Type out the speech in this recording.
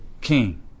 king